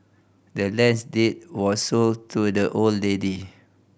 the land's deed was sold to the old lady